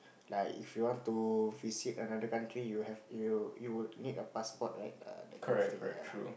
like if you want to visit another country you have you will you'll need a passport right that kind of thing yea